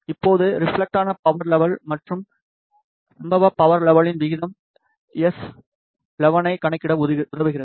இப்போது ரெப்லெக்டான power level மற்றும் சம்பவ பவர் லெவலின் விகிதம் S11 ஐ கணக்கிட உதவுகிறது